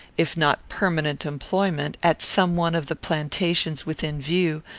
if not permanent employment, at some one of the plantations within view,